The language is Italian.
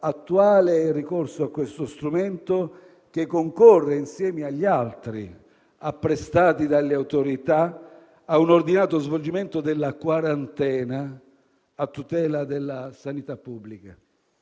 quanto sia attuale il ricorso a questo strumento che concorre, insieme agli altri apprestati dalle autorità, a un ordinato svolgimento della quarantena a tutela della sanità pubblica.